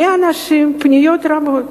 פניות רבות: